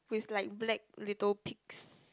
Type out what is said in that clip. with like black little pigs